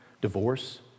divorce